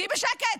תהיי בשקט.